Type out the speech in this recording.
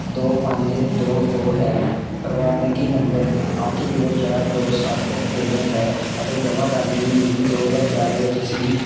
ਦੋ ਪੰਜ ਦੋ ਦੋ ਹੈ ਪ੍ਰਵਾਨਗੀ ਨੰਬਰ ਅੱਠ ਜੀਰੋ ਚਾਰ ਦੋ ਸੱਤ ਤਿੰਨ ਹੈ ਅਤੇ ਜਮ੍ਹਾ ਕਰਨ ਦੀ ਮਿਤੀ ਦੋ ਹਜ਼ਾਰ ਚਾਰ ਵਿੱਚ ਸੀ